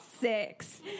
six